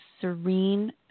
serene